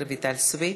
רויטל סויד,